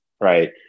right